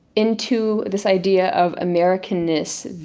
into this idea of americanness,